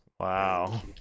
Wow